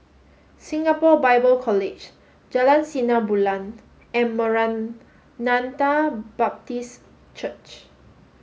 Singapore Bible College Jalan Sinar Bulan and Maranatha Baptist Church